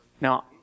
Now